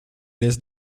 laisse